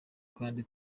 kandi